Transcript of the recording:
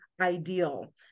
ideal